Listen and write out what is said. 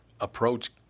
approach